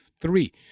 three